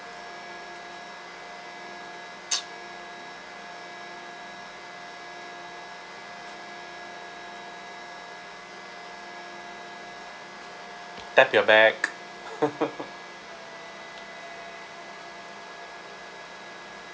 tap your back